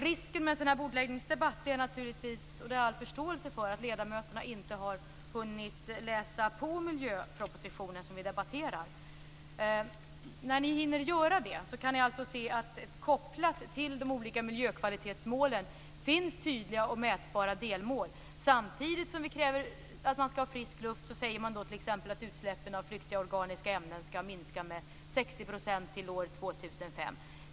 Risken med en sådan här bordläggningsdebatt är, och det har jag all förståelse för, att ledamöterna inte har hunnit läsa på den miljöproposition som vi debatterar. Men när ni hinner med det kan ni se att kopplat till de olika miljökvalitetsmålen finns det tydliga och mätbara delmål. Samtidigt som vi kräver frisk luft säger man t.ex. att utsläppen av flyktiga organiska ämnen skall minska med 60 % till år 2005.